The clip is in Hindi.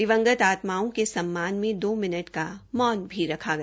दिवंगत आत्माओं के सम्मान मे दो मिनट का मौन भी रख गया